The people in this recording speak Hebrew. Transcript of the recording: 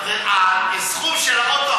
הסכום של האוטו,